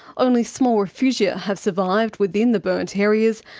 only small refugia have survived within the burnt areas,